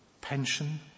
pension